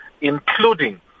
including